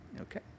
Okay